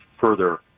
further